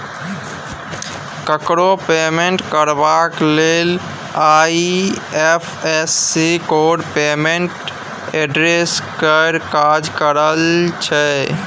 ककरो पेमेंट करबाक लेल आइ.एफ.एस.सी कोड पेमेंट एड्रेस केर काज करय छै